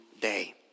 day